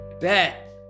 bet